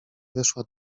weszła